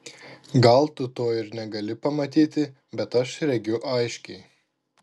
gal tu to ir negali pamatyti bet aš regiu aiškiai